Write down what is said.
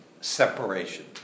separation